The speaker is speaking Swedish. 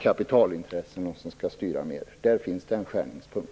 kapitalintressena skall styra mer. Där finns det en skärningspunkt.